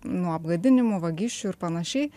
nuo apgadinimų vagysčių ir panašiai